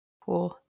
Cool